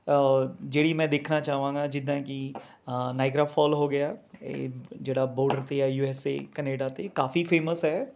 ਜਿਹੜੀ ਮੈਂ ਦੇਖਣਾ ਚਾਵਾਂਗਾ ਜਿੱਦਾਂ ਕਿ ਨਾਇਗਰਾ ਫੋਲ ਹੋ ਗਿਆ ਏ ਜਿਹੜਾ ਬੋਡਰ 'ਤੇ ਹੈ ਯੂ ਐੱਸ ਏ ਕੈਨੇਡਾ 'ਤੇ ਕਾਫੀ ਫੇਮਸ ਹੈ